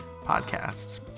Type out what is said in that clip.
Podcasts